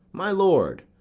my lord!